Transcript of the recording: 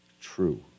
true